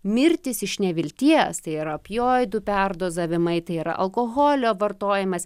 mirtis iš nevilties tai yra opioidų perdozavimai tai yra alkoholio vartojimas